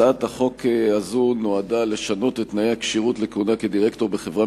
הצעת החוק הזאת נועדה לשנות את תנאי הכשירות לכהונה כדירקטור בחברה